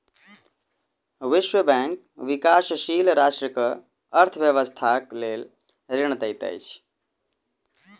विश्व बैंक विकाशील राष्ट्र के अर्थ व्यवस्थाक लेल ऋण दैत अछि